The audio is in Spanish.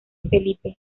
felipe